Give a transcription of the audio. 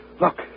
Look